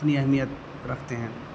اپنی اہمیت رکھتے ہیں